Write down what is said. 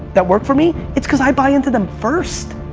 that work for me. it's cause i buy into them first.